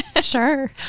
sure